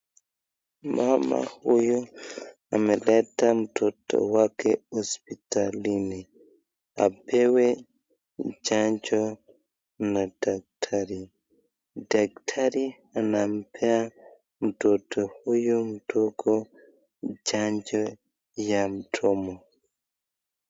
Mama huyu ameleta mtoto wake hosipitalini, apewe chanjo na dakitari. Dakitari anampea mtoto huyu mdogo chanjo ya mdomo.